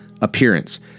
Appearance